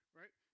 right